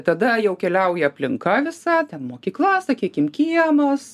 tada jau keliauja aplinka visa ten mokykla sakykim kiemas